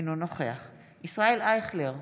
אינו נוכח ישראל אייכלר,